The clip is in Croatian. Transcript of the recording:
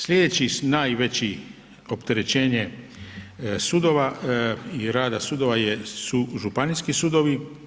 Slijedeći najveći opterećenje sudova i rada sudova je, su županijski sudovi.